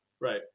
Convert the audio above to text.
Right